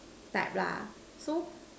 type lah so